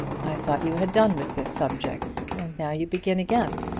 i thought you had done with the subject, and now you begin again.